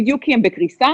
בדיוק, כי הם בקריסה.